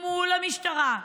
מול המשטרה,